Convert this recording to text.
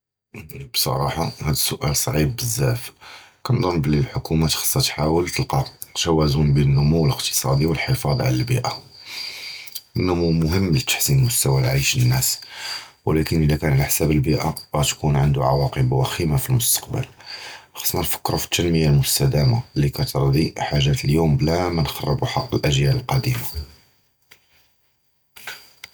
בְּסַרַחָה הָדָּא סוּאַל סְעִיב בְּזַבַּא כּנְצַנּ בְּלִי הַמַּחְכּוּמָה חַסְכָּה תַּלְקָא תַּווַאזוּן בֵּין הַנּוּמוּ אִקְתִסַאדִי וְהִפְחַאז עַל הַבִּיְאָה, הַנּוּמוּ מְהִם לְתַחְסִין מִסְתַּוַי הַעַיְשׁ לַנָּאס וּלָקִין אִלָּא קָאן עַל חִסַאב הַבִּיְאָה תְּקוּן עָנְדוֹ עֻוַאקְב חֻ'יְּמָה פִי הַמֻּסְתַקְבַּל, חַסְכְּנָא נְפַכְּּרוּ פִי הַתַּנְמִיָּה הַמֻּסְתְדַמָּה, לִי כִּתְרַדִּי חַאגָ'ה לִיוּם בְּלָא מַנְחְרְבּוּ חַקּ הַאֻג'ַּאל הַקָּאדִמִין.